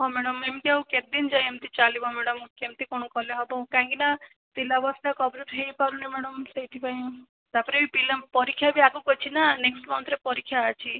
ହଁ ମ୍ୟାଡ଼ମ ଏମିତି ଆଉ କେତେ ଦିନ ଯାଏଁ ଏମିତି ଚାଲିବ ମ୍ୟାଡ଼ମ କେମିତି କଣ କଲେ ହବ କାହିଁକି ନା ସିଲାବସଟା କଭରେଜ ହେଇପାରୁନି ମ୍ୟାଡ଼ମ ସେଇଥିପାଇଁ ତାପରେ ବି ପିଲାଙ୍କ ପରୀକ୍ଷା ବି ଆଗକୁ ଅଛି ନା ନେକ୍ସଟ ମନ୍ଥରେ ପରୀକ୍ଷା ଅଛି